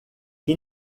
que